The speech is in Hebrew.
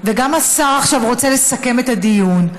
וגם השר עכשיו רוצה לסכם את הדיון,